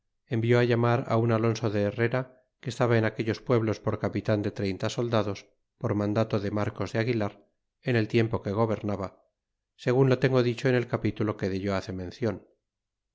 envió llamar un alonso de berrera que estaba en aquellos pueblos por gapitan de treinta soldados por mandado de marcos de aguilar en el tiempo que gobernaba segun lo tengo dicho en el capitulo que dello hace mencion